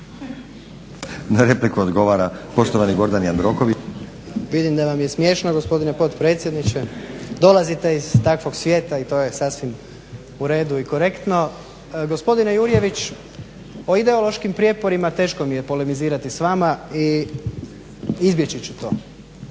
Na repliku odgovara poštovani Gordan Jandroković. **Jandroković, Gordan (HDZ)** Vidim da vam je smiješno gospodine potpredsjedniče, dolazite iz takvog svijeta i to je sasvim u redu i korektno. Gospodine Jurjević o ideološkim prijeporima teško mi je polemizirati s vama i izbjeći ću to.